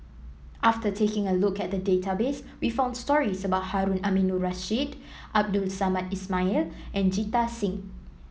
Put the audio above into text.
after taking a look at the database we found stories about Harun Aminurrashid Abdul Samad Ismail and Jita Singh